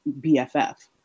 BFF